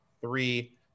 three